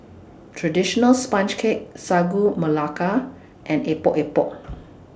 Traditional Sponge Cake Sagu Melaka and Epok Epok